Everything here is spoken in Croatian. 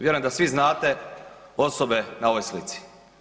Vjerujem da svi znate osobe na ovoj slici.